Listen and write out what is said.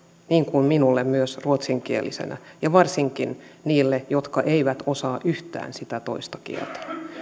kuin myös minulle ruotsinkielisenä ja varsinkin niille jotka eivät osaa yhtään sitä toista kieltä